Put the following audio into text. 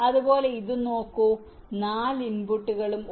അതുപോലെ ഇത് നോക്കൂ 4 ഇൻപുട്ടുകളും 1